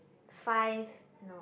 five no